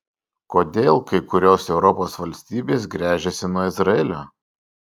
kodėl kai kurios europos valstybės gręžiasi nuo izraelio